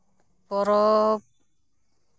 ᱯᱚᱨᱚᱵᱽ